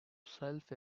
self